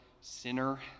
sinner